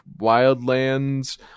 Wildlands